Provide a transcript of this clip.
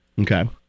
Okay